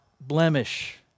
blemish